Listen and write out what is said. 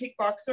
kickboxer